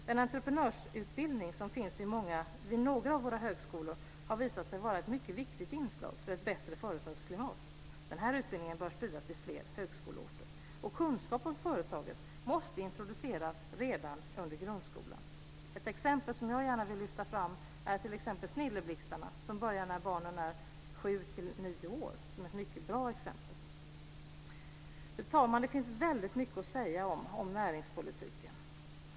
Den här entreprenörsutbildning som finns vid några av våra högskolor har visat sig vara ett mycket viktigt inslag för ett bättre företagsklimat. Den utbildningen bör spridas till fler högskoleorter. Kunskapen om företagandet måste introduceras redan under grundskolan. Något som jag gärna vill lyfta fram som ett mycket bra exempel är Snilleblixtarna, som börjar när barnen är sju-nio år gamla. Fru talman! Det finns väldigt mycket att säga om näringspolitiken.